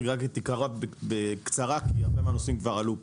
את עיקרו בקצרה כי אלה דברים שכבר עלו פה: